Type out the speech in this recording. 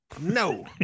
no